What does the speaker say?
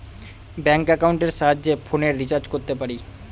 bank একাউন্টের সাহায্যে ফোনের রিচার্জ করতে পারি